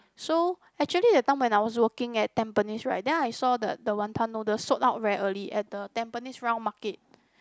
so actually that time when I was working at Tampines right then I saw the the wanton noodles sold out very early at the Tampines round market